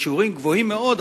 בשיעורים גבוהים מאוד,